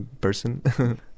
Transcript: person